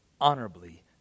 honorably